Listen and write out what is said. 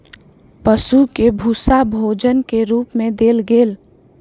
पशु के भूस्सा भोजन के रूप मे देल गेल